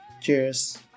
Cheers